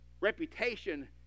reputation